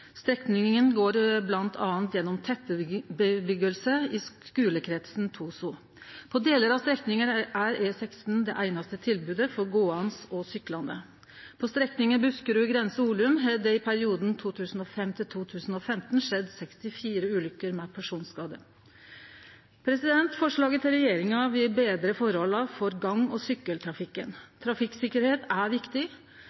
Strekninga går bl.a. gjennom tettbygd område i skulekretsen Toso. På delar av strekninga er E16 det einaste tilbodet for gåande og syklande. På strekninga Buskerud grense–Olum har det i perioden 2005–2015 skjedd 64 ulykker med personskade. Forslaget til regjeringa vil betre forholda for gang- og